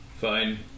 Fine